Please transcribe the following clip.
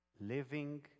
living